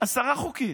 עשרה חוקים,